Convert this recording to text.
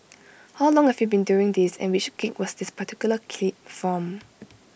how long have you been doing this and which gig was this particular clip from